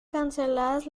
canceladas